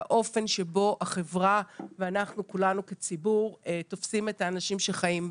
האופן שבו החברה ואנחנו כולנו כציבור תופסים את האנשים שחיים בעוני,